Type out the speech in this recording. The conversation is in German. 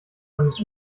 eines